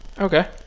Okay